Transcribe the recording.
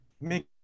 make